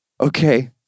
okay